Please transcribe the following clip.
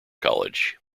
college